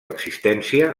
existència